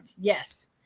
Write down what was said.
yes